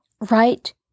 right